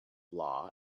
law